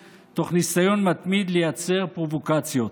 תוך ניסיון מתמיד לייצר פרובוקציות.